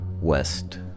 West